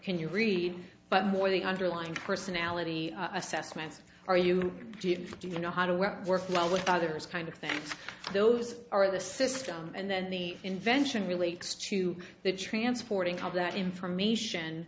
can you read but more the underlying personality assessments are you do you know how to work well with others kind of thing those are the system and then the invention relates to the transporting of that information